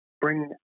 bring